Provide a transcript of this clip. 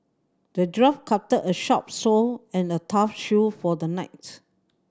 the dwarf crafted a sharp sword and a tough shield for the knight